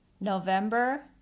November